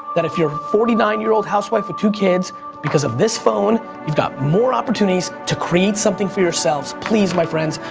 that if you're a forty nine year old housewife with two kids because of this phone you've got more opportunities to create something for yourselves. please my friends,